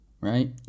right